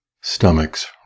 Stomachs